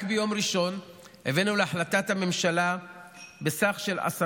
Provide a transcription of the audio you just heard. רק ביום ראשון הבאנו החלטת ממשלה בסך של 10